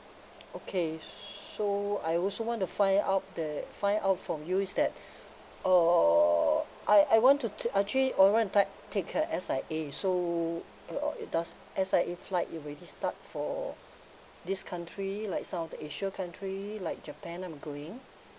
okay so I also want to find out that find out from you is that uh I I want to to actually take a S_I_A so uh does S_I_A flight already start for this country like some of the asia country like japan I'm going